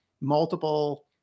multiple